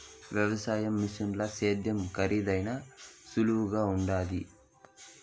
వ్యవసాయ మిషనుల సేద్యం కరీదైనా సులువుగుండాది